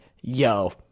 yo